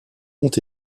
ont